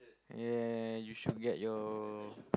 ya you should get your